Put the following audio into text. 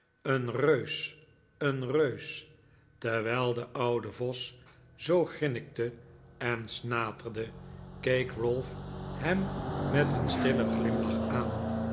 een reus een reus terwijl de pude vos zoo grinnikte en snaterde keek ralph hem met een stillen glimlach aan